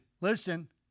listen